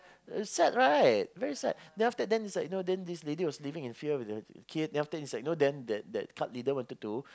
sad right very sad then after then it's like know then this lady was living in fear with the kid then after this like you know then that that cult leader wanted to